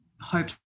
hopes